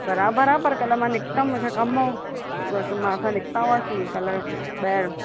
बराबरि आहे पर कल्हि मां निकितमि मुंहिंजो कमु हो बसि मां असां निकिता हुयासि कल्हि ॿाहिरि